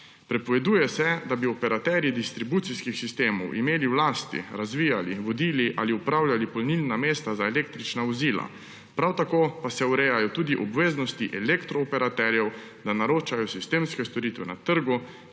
Prepoveduje se, da bi operaterji distribucijskih sistemov imeli v lasti, razvijali, vodili ali upravljali polnilna mesta za električna vozila. Prav tako pa se urejajo tudi obveznosti elektrooperaterjev, da naročajo sistemske storitve na trgu,